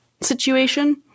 situation